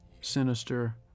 sinister